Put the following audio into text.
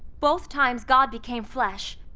both times god became flesh,